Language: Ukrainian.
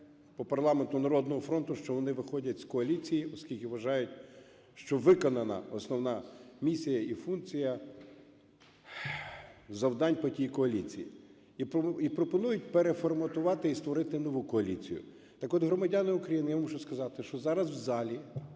по парламенту "Народного фронту", що вони виходять з коаліції, оскільки вважають, що виконана основна місія і функція завдань по тій коаліції, і пропонують переформатувати і створити нову коаліцію. Так от, громадяни України, я вам мушу сказати, що зараз в залі